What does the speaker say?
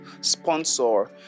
sponsor